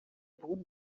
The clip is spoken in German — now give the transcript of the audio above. boden